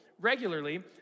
regularly